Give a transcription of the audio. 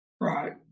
Right